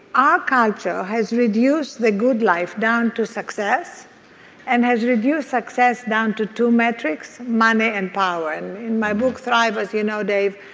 ah culture has reduced the good life down to success and has reduced success down to two metrics, money and power. and in my book thrivers, you know dave,